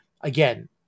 again